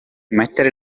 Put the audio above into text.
mettere